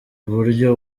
buryo